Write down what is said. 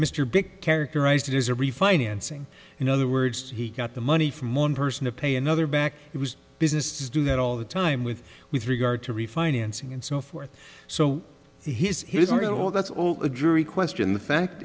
mr big characterized it is a refinancing in other words he got the money from one person to pay another back it was businesses do that all the time with with regard to refinancing and so forth so he isn't all that's all a jury question the fact